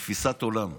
תפיסת עולם,